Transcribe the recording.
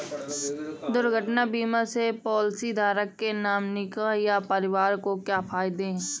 दुर्घटना बीमा से पॉलिसीधारक के नॉमिनी या परिवार को क्या फायदे हैं?